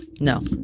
No